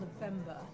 November